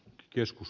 keskus